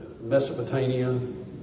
Mesopotamia